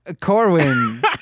Corwin